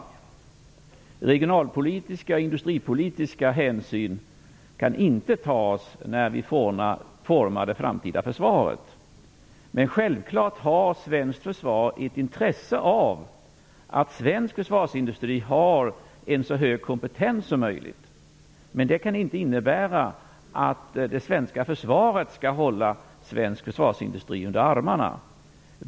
Regionalpolitiska och industripolitiska hänsyn kan inte tas när vi formar det framtida försvaret. Självklart har svenskt försvar intresse av att svensk försvarsindustri har så hög kompetens som möjligt. Men det kan inte innebära att det svenska försvaret skall hålla svensk försvarsindustri under armarna.